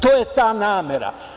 To je ta namera.